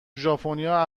ژاپنیا